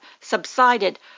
subsided